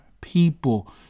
people